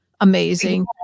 amazing